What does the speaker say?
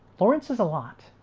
lawrence is a lot.